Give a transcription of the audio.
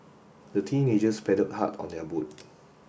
the teenagers paddled hard on their boat